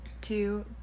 two